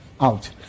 out